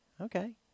Okay